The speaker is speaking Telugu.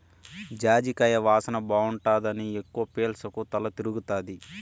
జాజికాయ వాసన బాగుండాదని ఎక్కవ పీల్సకు తల తిరగతాది